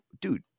dude